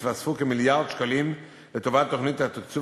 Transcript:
יתווספו כמיליארד שקלים לטובת תוכנית התקצוב